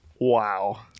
Wow